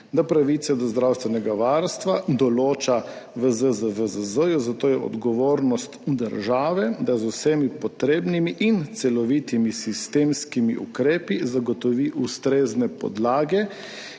da pravice do zdravstvenega varstva določa v ZZVZZ, zato je odgovornost države, da z vsemi potrebnimi in celovitimi sistemskimi ukrepi zagotovi ustrezne podlage,